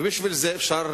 ובשביל זה אפשר